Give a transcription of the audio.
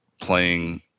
playing